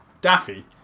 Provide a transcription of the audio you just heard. Daffy